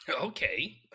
Okay